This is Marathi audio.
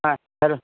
हा हलो